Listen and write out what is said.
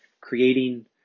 creating